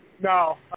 No